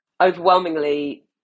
Overwhelmingly